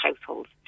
households